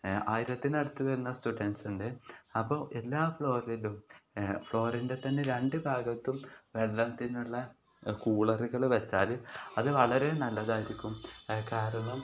ആയിരത്തിനടുത്തു വരുന്ന സ്റ്റുഡൻസുണ്ട് അപ്പോൾ എല്ലാ ഫ്ലോറിലും ഫ്ലോറിൻ്റെ തന്നെ രണ്ടു ഭാഗത്തും വെള്ളത്തിനുള്ള കൂളറുകൾ വെച്ചാൽ അതു വളരെ നല്ലതായിരിക്കും കാരണം